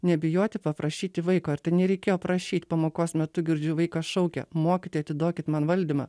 nebijoti paprašyti vaiko ir tai nereikėjo prašyt pamokos metu girdžiu vaikas šaukia mokytoja atiduokit man valdymą